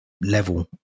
level